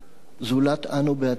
זולת אנו בעצמנו.